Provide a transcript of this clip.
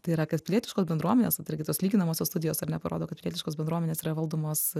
tai yra kad pilietiškos bendruomenės vat irgi tos lyginamosios studijos ar ne parodo kad pilietiškos bendruomenės yra valdomos